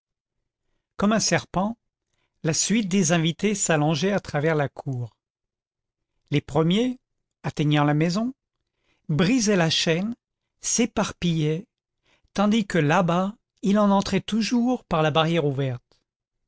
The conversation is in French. comme un serpent la suite des invités s'allongeait à travers la cour les premiers atteignant la maison brisaient la chaîne s'éparpillaient tandis que là-bas il en entrait toujours par la barrière ouverte